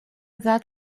that